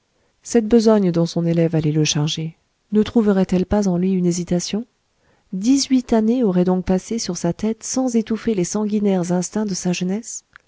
cette besogne dont son élève allait le charger ne trouverait-elle pas en lui une hésitation dix-huit années auraient donc passé sur sa tête sans étouffer les sanguinaires instincts de sa jeunesse